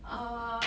err